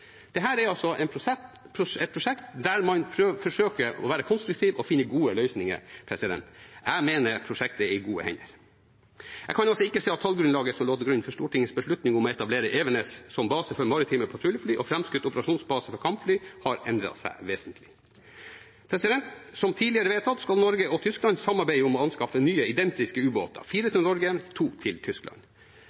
er altså et prosjekt der man forsøker å være konstruktiv og finne gode løsninger. Jeg mener prosjektet er i gode hender. Jeg kan altså ikke se at tallgrunnlaget som lå til grunn for Stortingets beslutning om å etablere Evenes som base for maritime patruljefly og fremskutt operasjonsbase for kampfly, har endret seg vesentlig. Som tidligere vedtatt skal Norge og Tyskland samarbeide om å anskaffe nye identiske ubåter, fire til Norge og to til Tyskland.